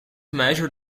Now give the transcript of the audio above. measure